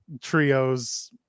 trios